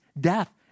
death